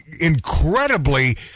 incredibly